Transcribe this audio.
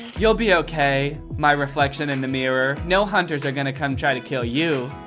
you'll be okay, my reflection in the mirror. no hunters are gonna come try to kill you.